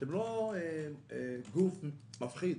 שאתם לא גוף מפחיד.